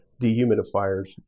dehumidifiers